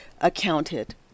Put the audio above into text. accounted